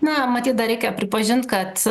na matyt dar reikia pripažint kad